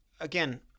again